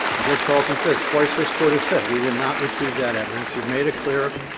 and judge karlton says twice this court has said, we will not receive that evidence. you have made a clear